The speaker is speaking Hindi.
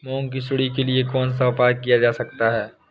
मूंग की सुंडी के लिए कौन सा उपाय किया जा सकता है?